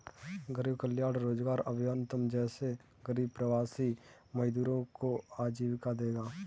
गरीब कल्याण रोजगार अभियान तुम जैसे गरीब प्रवासी मजदूरों को आजीविका देगा